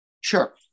Sure